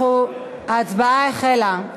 ההצבעה החלה,